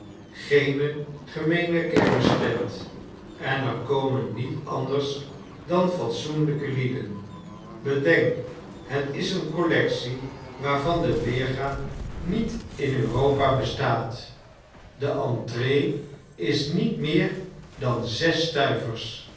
geene gemeene kermistent en er komen niet anders dan fatsoenlijke lieden bedenk het is eene collectie waarvan de weerga niet in europa bestaat de entree is niet meer dan